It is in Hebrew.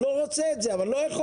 אני לא רוצה את זה אבל אני לא יכול.